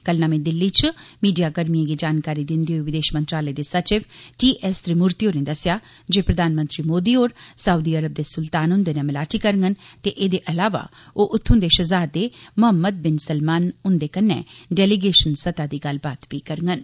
कल नमीं दिल्ली च मीडियाकर्मिएं गी जानकारी दिंदे होई विदेश मंत्रालय दे सचिव टी एस त्रिमूर्ति होरें दस्सेआ जे प्रधानमंत्री मोदी होर सउदी अरब दे सुल्तान हुंदे'नै मलाटी करङन ते एह्दे अलावा ओह उत्थुं दे शहज़ादे मोहम्मद बिन सलमान हुंदे कन्नै डेलीगेशन सतह दी गल्लबात बी करड़न